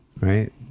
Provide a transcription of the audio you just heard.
right